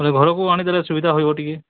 ମାନେ ଘରକୁ ଆଣିଦେଲେ ସୁବିଧା ହେଇବ ଟିକେ